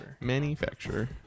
Manufacturer